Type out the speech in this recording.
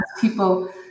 people